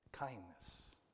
Kindness